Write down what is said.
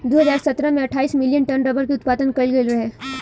दू हज़ार सतरह में अठाईस मिलियन टन रबड़ के उत्पादन कईल गईल रहे